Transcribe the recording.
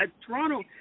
Toronto